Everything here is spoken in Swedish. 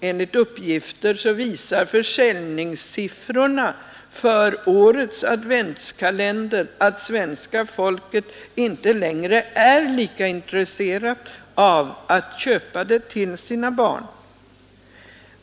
Enligt uppgift visar försäljningssiffrorna för årets adventskalender att svenska folket inte längre är lika intresserat av att köpa den till sina barn.